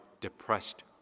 depressed